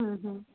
হুম হুম